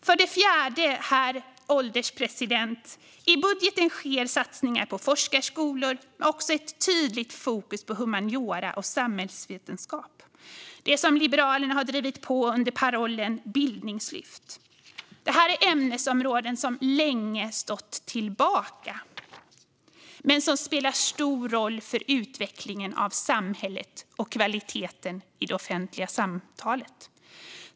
För det fjärde, herr ålderspresident, finns i budgeten satsningar på forskarskolor och ett tydligt fokus på humaniora och samhällsvetenskap. Det har Liberalerna drivit på under parollen bildningslyft. Det här är ämnesområden som länge har stått tillbaka men som spelar stor roll för utvecklingen av samhället och kvaliteten i det offentliga samtalet.